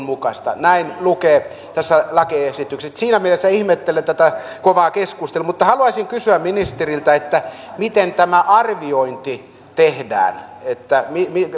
mukaista näin lukee tässä lakiesityksessä niin että siinä mielessä ihmettelen tätä kovaa keskustelua mutta haluaisin kysyä ministeriltä miten tämä arviointi tehdään